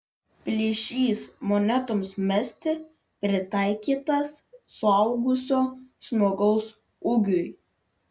plyšys monetoms mesti pritaikytas suaugusio žmogaus ūgiui